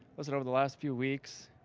listen, over the last few weeks,